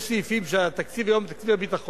יש סעיפים שהתקציב שלהם היום הוא תקציב הביטחון,